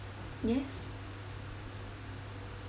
yes